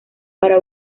para